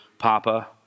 Papa